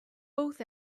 both